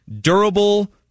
Durable